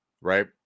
right